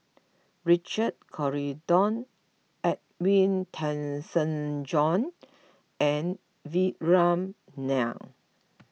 Richard Corridon Edwin Tessensohn and Vikram Nair